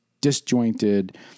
disjointed